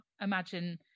imagine